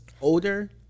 older